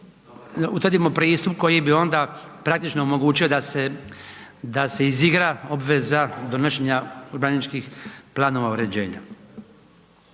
utvrdimo pristup koji bi onda praktično omogućio da se izigra obveza donošenja urbanističkih planova uređenja.